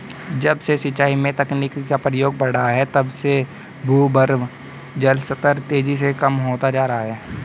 जब से सिंचाई में तकनीकी का प्रयोग बड़ा है तब से भूगर्भ जल स्तर तेजी से कम होता जा रहा है